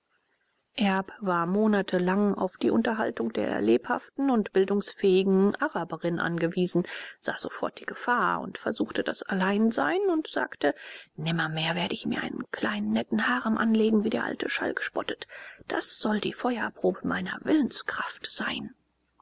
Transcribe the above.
erb war monatelang auf die unterhaltung der lebhaften und bildungsfähigen araberin angewiesen sah sofort die gefahr und versuchung des alleinseins und sagte nimmermehr werde ich mir einen kleinen netten harem anlegen wie der alte schalk spottet das soll die feuerprobe meiner willenskraft sein